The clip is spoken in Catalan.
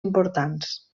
importants